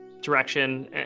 direction